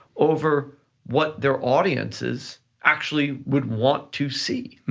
over what their audiences actually would want to see,